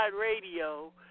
Radio